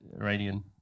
Iranian